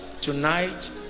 tonight